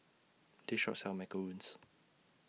This Shop sells Macarons